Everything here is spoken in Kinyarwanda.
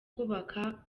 kubaka